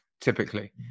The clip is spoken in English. typically